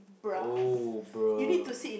oh bruh